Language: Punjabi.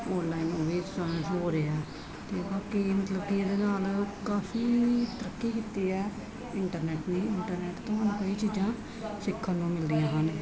ਓਨਲਾਈਨ ਉਹ ਵੀ ਹੋ ਰਿਹਾ ਅਤੇ ਬਾਕੀ ਮਤਲਬ ਕਿ ਇਹਦੇ ਨਾਲ ਕਾਫੀ ਤਰੱਕੀ ਕੀਤੀ ਹੈ ਇੰਟਰਨੈਟ ਨੇ ਇੰਟਰਨੈਟ ਤੋਂ ਹੁਣ ਕਈ ਚੀਜ਼ਾਂ ਸਿੱਖਣ ਨੂੰ ਮਿਲਦੀਆਂ ਹਨ